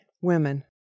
women